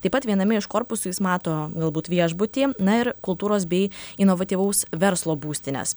taip pat viename iš korpusų jis mato galbūt viešbutį na ir kultūros bei inovatyvaus verslo būstines